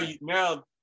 now